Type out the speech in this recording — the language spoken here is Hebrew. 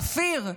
אופיר,